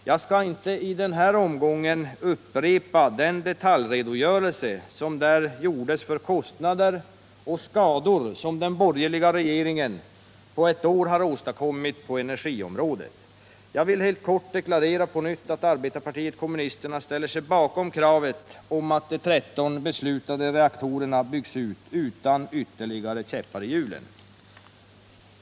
Jag skall inte i den här omgången upprepa den detaljredogörelse som där gjordes för de kostnader och skador som den borgerliga regeringen på ett år har åstadkommit på energiområdet. Jag vill helt kort deklarera på nytt att arbetarpartiet kommunisterna ställer sig bakom kravet att de 13 beslutade reaktorerna byggs utan ytterligare käppar i hjulen.